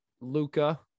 Luca